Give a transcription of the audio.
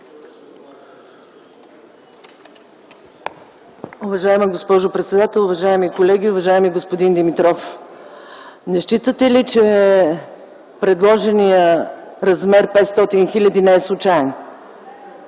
Уважаеми господин председател, уважаеми колеги, уважаеми господин Димитров! Не считате ли, че предложеният размер от 500 хил. лв. не е случаен?